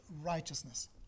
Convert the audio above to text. righteousness